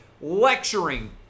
lecturing